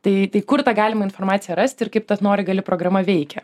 tai tai kur tą galim informaciją rasti ir kaip tas nori gali programa veikia